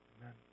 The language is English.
Amen